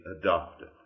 adopted